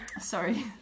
sorry